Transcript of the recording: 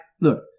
Look